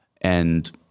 And-